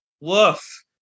woof